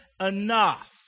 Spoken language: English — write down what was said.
enough